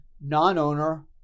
non-owner